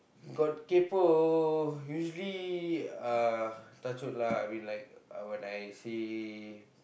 got kaypoh usually uh touch wood lah I mean like when I see